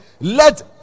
let